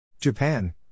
Japan